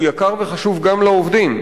הוא יקר וחשוב גם לעובדים.